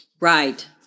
Right